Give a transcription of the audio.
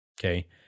Okay